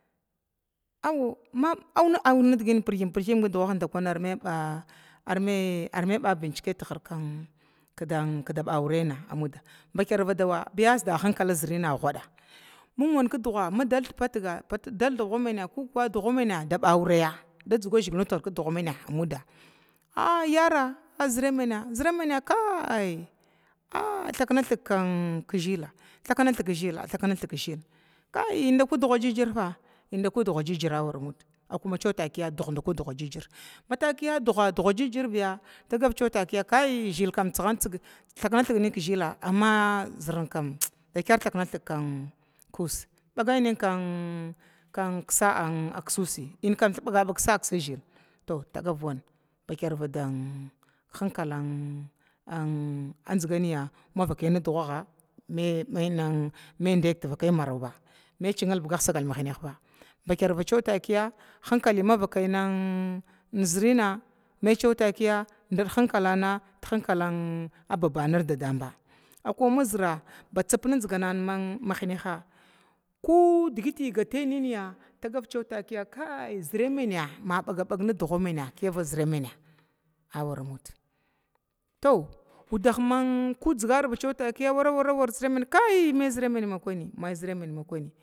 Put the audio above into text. Auw auw nidginin. Pirgim pirgi dughahina agha ba bincike tihir kida ba aurena, bakar badawa addeba hinkala zərina guda mingwana kidugha madal dipatga dal dugha mina dugha mina da ba auriya da dja zəgila nurda tihir kidugha mina aayara zəra mina aazəra mina aathaknathg kinn zəla thakna thg zəla, ayya əndakwi dugha gigirafa əndakwi dugha jijirawura muda matakiya dugha dugha jijir biya tagav ciwa takiya, kai dughinkam thalanathig nin kizhila amma zərin kam dakair thakmathg mini kusa, ənkam thakne nini sa'a uusi kisa zhila bagar ban hankalan a zigani mavakai dughaga mai diga tivakai maroba mai cinglbigah sagal da mahnih ba bakirwa ciwa takiya hinkalin mavakai ni zhərana mai watakiya dar hankala di hinkalana a babanar didaadan ba, akwa mazira zinganan mahniha kun digiti gatai niya tagav civva takiya mina mabagaba ki dugha mina awara muda, to nudah man kudjarba takiya nin warawara kai zəra min ma kuyin zəra min ma kuyin.